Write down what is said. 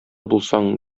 булсаң